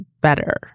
better